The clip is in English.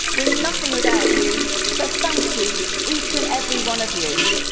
we're nothing without you. so thank you each and every one of you.